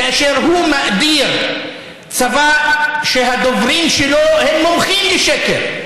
כאשר הוא מאדיר צבא שהדוברים שלו הם מומחים לשקר,